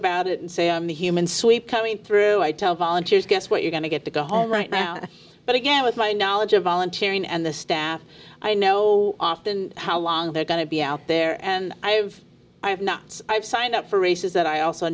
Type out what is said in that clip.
about it and say i'm the human sweep coming through i told volunteers guess what you're going to get to go home right now but again with my knowledge of volunteering and the staff i know often how long they're going to be out there and i have i have not i've signed up for races that i also